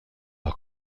are